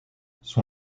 son